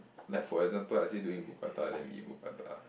like for example I said to eat mookata we eat mookata